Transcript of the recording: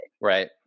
Right